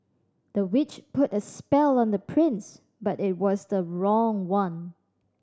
the witch put a spell on the prince but it was the wrong one